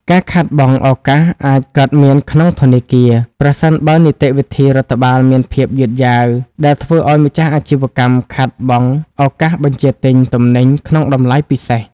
ការខាតបង់ឱកាសអាចកើតមានក្នុងធនាគារ ប្រសិនបើនីតិវិធីរដ្ឋបាលមានភាពយឺតយ៉ាវ ដែលធ្វើឱ្យម្ចាស់អាជីវកម្មបាត់បង់ឱកាសបញ្ជាទិញទំនិញក្នុងតម្លៃពិសេស។